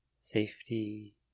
Safety